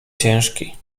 ciężki